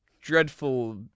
dreadful